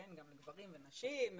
גברים ונשים,